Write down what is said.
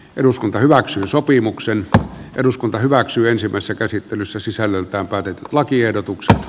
eduskunta hyväksyi sopimuksen eduskunta hyväksyy ensimmäisessä käsittelyssä sisällöltään päätet lakiehdotukseen